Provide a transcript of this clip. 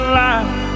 life